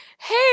Hey